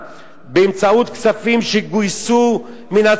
באמצעות כספים שגויסו מן הציבור,